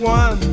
one